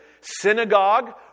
synagogue